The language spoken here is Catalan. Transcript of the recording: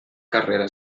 carrera